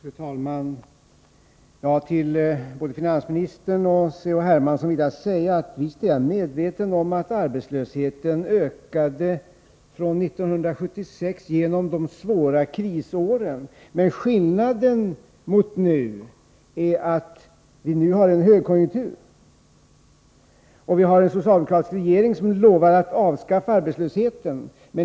Fru talman! Till både finansministern och C.-H. Hermansson vill jag säga att jag visst är medveten om att arbetslösheten ökade från 1976 genom de svåra krisåren. Men skillnaden är att vi nu har en högkonjunktur. Vi har också en socialdemokratisk regering som lovat att avskaffa arbetslösheten.